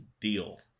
deal